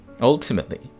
Ultimately